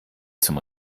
zum